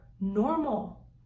normal